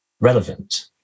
relevant